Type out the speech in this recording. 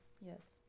Yes